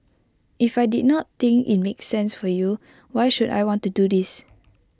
if I did not think IT make sense for you why should I want to do this